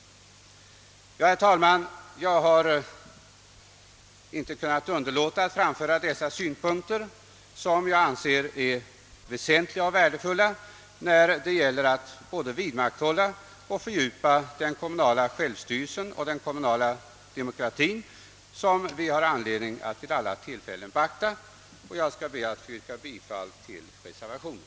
Herr talman! Jag har inte kunnat underlåta att framföra dessa synpunkter som jag anser vara väsentliga och värdefulla när det gäller att både vidmakthålla och fördjupa den kommunala självstyrelsen och den kommunala demokratien som vi har anledning att vid alla tillfällen beakta. Jag skall be att få yrka bifall till reservationen.